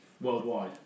worldwide